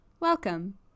Welcome